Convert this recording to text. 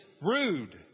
rude